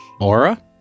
Aura